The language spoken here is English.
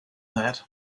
that